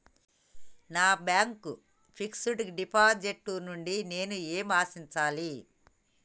నా bank fixed deposit నుండి నేను ఏమి ఆశించాలి?